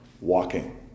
walking